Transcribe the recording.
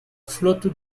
flotte